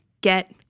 get